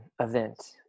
event